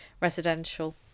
residential